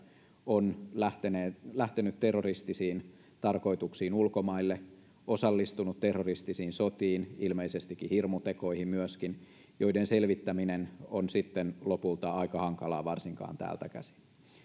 on lähtenyt lähtenyt terroristisiin tarkoituksiin ulkomaille osallistunut terroristisiin sotiin ilmeisestikin myös hirmutekoihin joiden selvittäminen on sitten lopulta aika hankalaa varsinkin täältä käsin